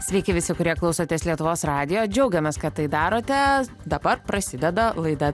sveiki visi kurie klausotės lietuvos radijo džiaugiamės kad tai darote dabar prasideda laida